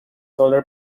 solar